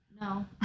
No